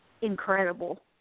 incredible